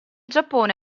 giappone